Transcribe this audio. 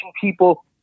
people